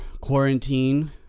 quarantine